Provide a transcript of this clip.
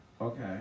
Okay